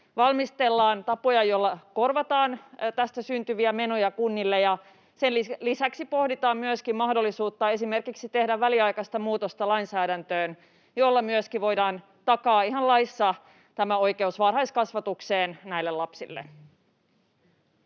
valmistellaan tapoja, joilla korvataan tästä syntyviä menoja kunnille. Sen lisäksi pohditaan myöskin mahdollisuutta esimerkiksi tehdä väliaikaista muutosta lainsäädäntöön, jolla myöskin voidaan taata ihan laissa oikeus varhaiskasvatukseen näille lapsille.